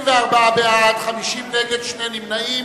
24 בעד, 50 נגד, שני נמנעים.